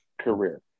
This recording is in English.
career